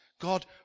God